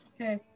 Okay